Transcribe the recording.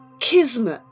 Kismet